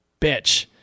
bitch